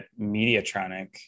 Mediatronic